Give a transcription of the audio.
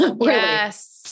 Yes